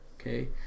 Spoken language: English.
okay